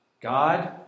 God